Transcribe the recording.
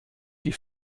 die